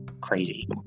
crazy